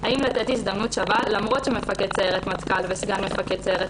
האם לתת הזדמנות שווה למרות שמפקד סיירת מטכ"ל וסגן מפקד סיירת